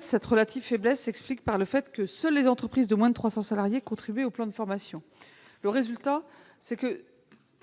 Cette relative faiblesse s'explique par le fait que seules les entreprises de moins de 300 salariés contribuaient au plan de formation. Pour le dire de